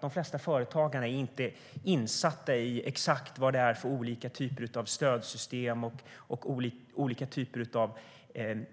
De flesta företagare är inte insatta i exakt vad det är för olika typer av stödsystem som finns och olika typer av